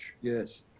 Yes